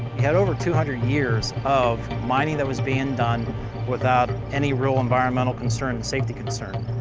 have over two hundred years of mining that was being done without any real environmental concern and safety concern.